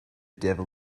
devil